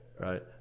Right